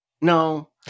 No